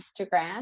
Instagram